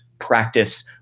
practice